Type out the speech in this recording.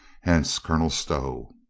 hence colonel stow.